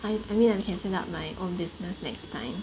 I I mean I can set up my own business next time